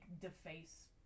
deface